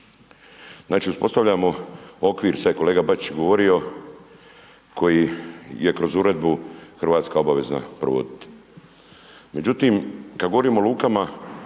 Znači uspostavljamo okvir, sad je kolega Bačić govorio, koji je kroz uredbu Hrvatska obavezna provoditi. Međutim kad govorimo o lukama,